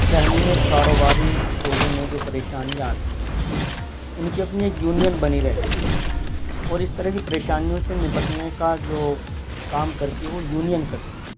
دہلی میں کاروباری شعبے میں جو پریشانیاں آتی ہیں ان کی اپنی ایک یونین بنی رہتی ہے اور اس طرح کی پریشانیوں سے نپٹنے کا جو کام کرتی ہے وہ یونین کرتی ہے